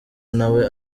nawe